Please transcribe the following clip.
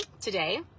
today